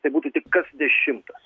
tai būtų tik kas dešimtas